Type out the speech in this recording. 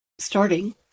starting